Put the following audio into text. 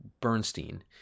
Bernstein